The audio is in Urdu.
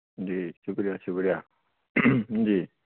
جی شکریہ شکریہ جی